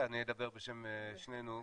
אני אדבר בשם שנינו.